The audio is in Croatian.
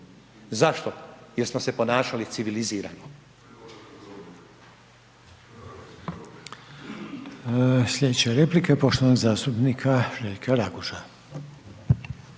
Zašto? Jer smo se ponašali civilizirano.